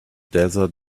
desert